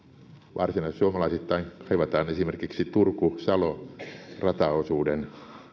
varsinaissuomalaisittain kaivataan esimerkiksi turku salo rataosuuden